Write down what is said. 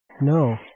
No